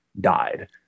died